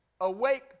awake